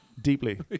Deeply